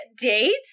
dates